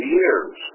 years